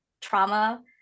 trauma